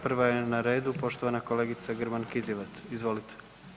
Prva je na redu poštovana kolegica Grman Kizivat, izvolite.